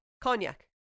Cognac